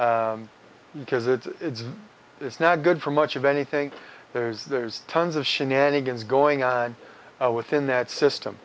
because it's it's not good for much of anything there's there's tons of shenanigans going on within that system